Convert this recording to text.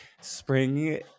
spring